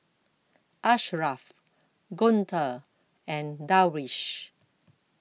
Ashraff Guntur and Darwish